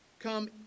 come